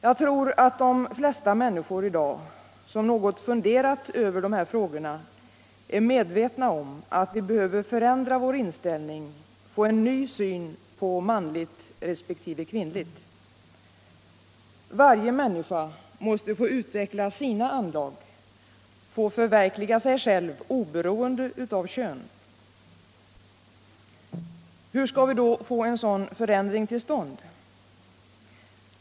Jag tror att de flesta människor som något funderat över dessa frågor i dag är medvetna om att det behövs en förändrad inställning, en ny syn på manligt resp. kvinnligt. Varje människa måste få utveckla sina anlag, få förverkliga sig själv, oberoende av kön. Hur skall vi då få en sådan förändring till stånd?